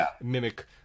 mimic